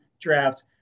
draft